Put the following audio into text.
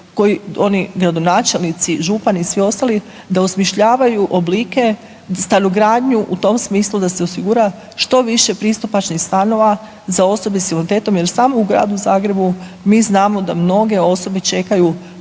koji oni gradonačelnici i župani i svi ostali, da osmišljavaju oblike, stanogradnju u tom smislu da se osigura što više pristupačnih stanova za osobe s invaliditetom jer samo u Gradu Zagrebu mi znamo da mnoge osobe čekaju